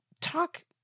talk